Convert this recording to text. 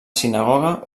sinagoga